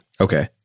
Okay